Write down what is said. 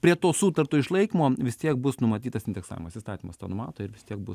prie to sutarto išlaikymo vis tiek bus numatytas indeksavimas įstatymas tą numato ir vis tiek bus